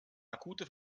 akute